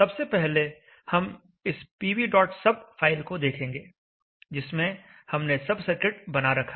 सबसे पहले हम इस pvsub फाइल को देखेंगे जिसमें हमने सब सर्किट बना रखा है